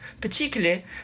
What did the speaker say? particularly